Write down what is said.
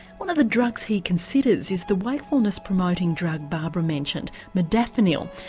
one of the drugs he considers is the wakefulness promoting drug barbara mentioned, modafinil.